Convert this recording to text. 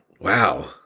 wow